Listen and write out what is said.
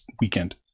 weekend